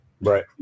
Right